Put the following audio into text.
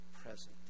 present